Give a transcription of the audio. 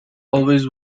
always